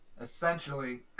essentially